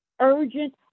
urgent